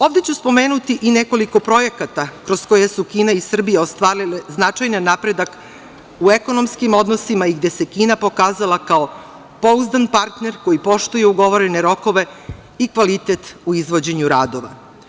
Ovde ću spomenuti i nekoliko projekata kroz koje su Kina i Srbija ostvarile značajan napredak u ekonomskim odnosima i gde se Kina pokazala kao pouzdan partner koji poštuje ugovorene rokove i kvalitet u izvođenju radova.